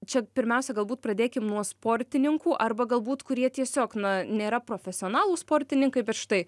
čia pirmiausia galbūt pradėkim nuo sportininkų arba galbūt kurie tiesiog na nėra profesionalūs sportininkai bet štai